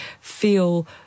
feel